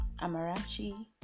Amarachi